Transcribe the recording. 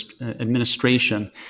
administration